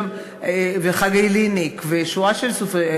וחגי ליניק ושורה של סופרים,